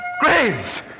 Graves